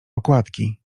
okładki